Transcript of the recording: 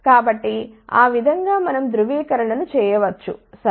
కాబట్టి ఆ విధంగా మనం ధ్రువీకరణను చేయవచ్చు సరే